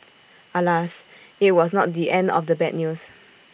alas IT was not the end of the bad news